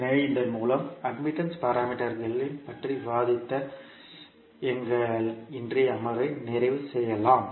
எனவே இதன் மூலம் அட்மிட்டன்ஸ் பாராமீட்டர்கள் பற்றி விவாதித்த எங்கள் இன்றைய அமர்வை நிறைவு செய்யலாம்